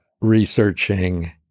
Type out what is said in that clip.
researching